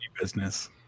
business